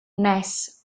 nes